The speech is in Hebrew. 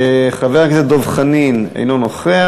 חבר הכנסת דב חנין, אינו נוכח.